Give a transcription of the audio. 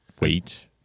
wait